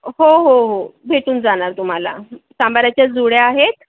हो हो हो भेटून जाणार तुम्हाला सांबाराच्या जुड्या आहेत